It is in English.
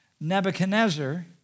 Nebuchadnezzar